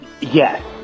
yes